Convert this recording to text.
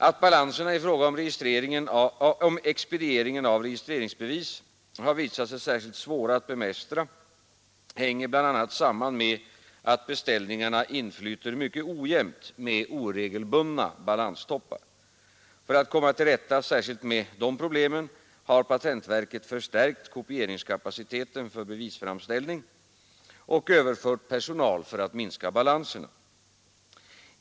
Att balanserna i fråga om expedieringen av registreringsbevis har visat sig särskilt svåra att bemästra hänger bl.a. samman med att beställningarna inflyter mycket ojämnt och med oregelbundna balanstoppar. För att komma till rätta särskilt med dessa problem har patentverket förstärkt kopieringskapaciteten för bevisframställning och överfört personal för att minska balanserna.